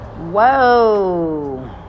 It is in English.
Whoa